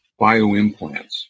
bioimplants